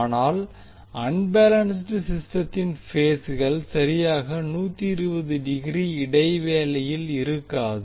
ஆனால் அன்பேலன்ஸ்ட் சிஸ்டத்தில் பேஸ்கள் சரியாக 120 டிகிரி இடைவெளியில் இருக்காது